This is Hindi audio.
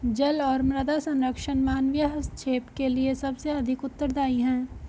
जल और मृदा संरक्षण मानवीय हस्तक्षेप के लिए सबसे अधिक उत्तरदायी हैं